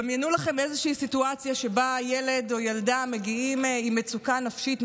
דמיינו לכם איזושהי סיטואציה שבה הילד או הילדה מגיעים עם מצוקה נפשית,